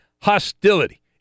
hostility